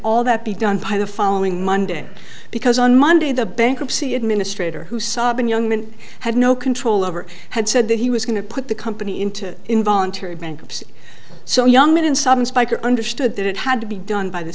all that be done by the following monday because on monday the bankruptcy administrator who sob and young men had no control over had said that he was going to put the company into involuntary bankruptcy so young men in sudden spiker understood that it had to be done by the